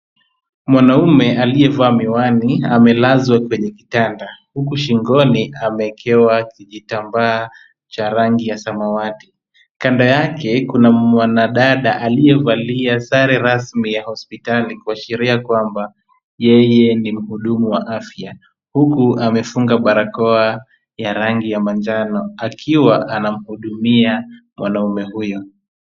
Mwanaume aliyevaa miwani amelazwa kwenye kitanda huku shingoni amewekewa kijitambaa cha rangi ya samawati. Kando yake kuna mwanadada aliyevalia sare rasmi ya hospitali kuashiria kwamba yeye ni mhudumu wa afya huku amefunga barakoa ya rangi ya manjano akiwa anamhudumia mwanaume huyu.